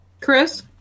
Chris